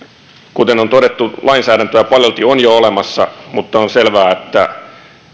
kuten on todettu lainsäädäntöä paljolti on jo olemassa mutta on selvää että